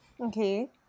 Okay